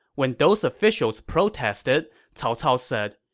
when those officials protested, cao cao said,